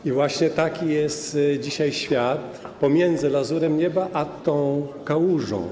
I właśnie taki jest dzisiaj świat: pomiędzy lazurem nieba a tą kałużą.